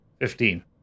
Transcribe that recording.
Fifteen